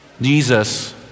Jesus